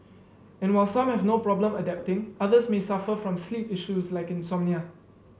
and while some have no problem adapting others may suffer from sleep issues like insomnia